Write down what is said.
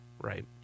Right